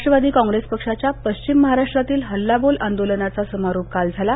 राष्ट्रवादी कॉंग्रेस पक्षाच्या पश्चिम महाराष्ट्रातील हल्लाबोल आंदोलनाचा समारोप काल झाला